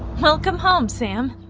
welcome home sam!